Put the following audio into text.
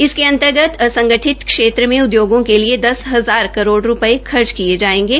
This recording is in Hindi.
इसके अंतर्गत असंगठित क्षेत्र में उद्योगों के लिए दस जार करोड़ रूपये खर्च किये जायेंगे